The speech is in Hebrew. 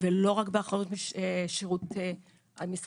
ולא רק באחריות משרד הרווחה.